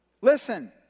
listen